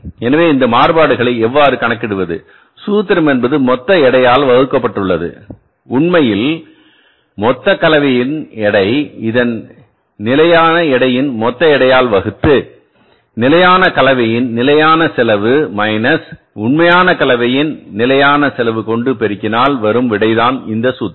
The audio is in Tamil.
எனவே அந்த மாறுபாடுகளை எவ்வாறு கணக்கிடுவது சூத்திரம் என்பதுமொத்த எடையால் வகுக்கப்பட்டுள்ளது உண்மை மொத்த கலவையின் எடை இதை நிலையான கலவையின் மொத்த எடையால் வகுத்து நிலையான கலவையின் நிலையான செலவு மைனஸ் உண்மை கலவையின் நிலையான செலவு கொண்டு பெருக்கினால் வரும் விடைதான் இந்த சூத்திரம்